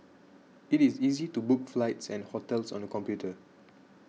it is easy to book flights and hotels on the computer